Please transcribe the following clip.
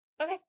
Okay